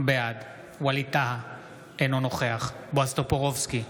בעד ווליד טאהא, אינו נוכח בועז טופורובסקי,